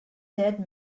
dead